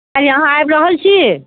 काल्हि अहाँ आबि रहल छी